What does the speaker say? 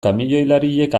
kamioilariek